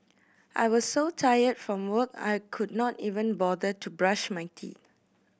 I was so tired from work I could not even bother to brush my teeth